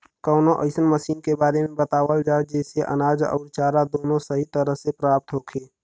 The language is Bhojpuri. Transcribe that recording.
कवनो अइसन मशीन के बारे में बतावल जा जेसे अनाज अउर चारा दोनों सही तरह से प्राप्त होखे?